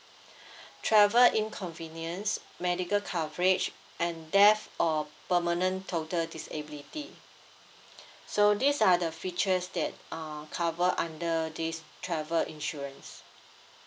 travel inconvenience medical coverage and death or permanent total disability so these are the features that uh cover under this travel insurance